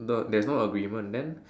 no there's no agreement then